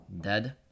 dead